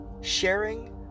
sharing